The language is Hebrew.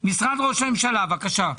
משרד ראש הממשלה, בבקשה.